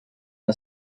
the